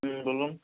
হুম বলুন